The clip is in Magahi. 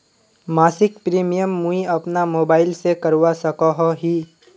मासिक प्रीमियम मुई अपना मोबाईल से करवा सकोहो ही?